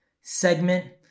Segment